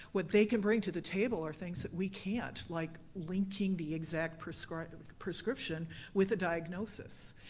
what they can bring to the table are things that we can't, like linking the exact prescription with prescription with a diagnosis.